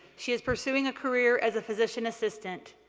she is pursuing a career as a physician's assistant.